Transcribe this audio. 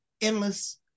endless